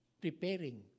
preparing